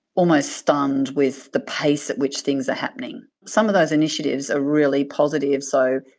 almost stunned with the pace at which things are happening. some of those initiatives are really positive. so,